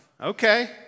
Okay